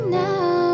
now